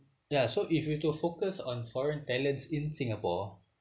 ya so if you were to focus on foreign talents in Singapore